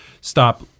stop